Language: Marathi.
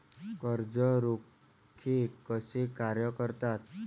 कर्ज रोखे कसे कार्य करतात?